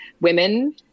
women